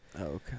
Okay